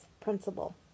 principle